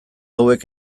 hauek